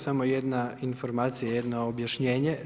Samo jedna informacija, jedno objašnjenje.